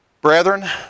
Brethren